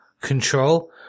control